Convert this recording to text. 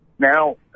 Now